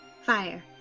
Fire